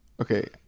Okay